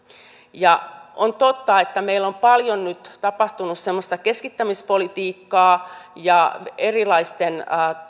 on totta että meillä on paljon nyt tapahtunut semmoista keskittämispolitiikkaa ja erilaisten